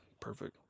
Perfect